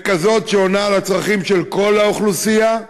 שעונה על הצרכים של כל האוכלוסייה,